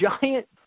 giant